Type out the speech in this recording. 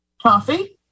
Coffee